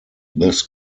this